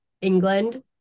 England